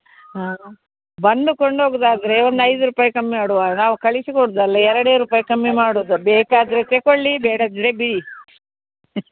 ಹಾಂ ಬಂದು ಕೊಂಡೋಗುದಾದರೆ ಒಂದು ಐದು ರೂಪಾಯಿ ಕಮ್ಮಿ ಮಾಡುವ ನಾವು ಕಳಿಸಿಕೊಡುವುದಲ್ಲ ಎರಡೇ ರೂಪಾಯಿ ಕಮ್ಮಿ ಮಾಡುವುದು ಬೇಕಾದರೆ ತೆಕೊಳ್ಳಿ ಬೇಡದಿದ್ದರೆ ಬಿಡಿ